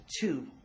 Two